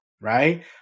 right